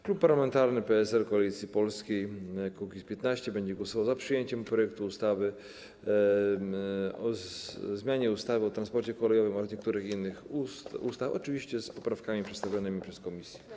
Klub Parlamentarny Koalicja Polska - PSL - Kukiz15 będzie głosował za przyjęciem projektu ustawy o zmianie ustawy o transporcie kolejowym oraz niektórych innych ustaw, oczywiście z poprawkami przedstawionymi przez komisję.